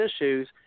issues